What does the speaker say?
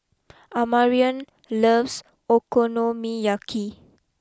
Amarion loves Okonomiyaki